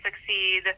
succeed